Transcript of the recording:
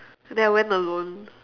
then I went alone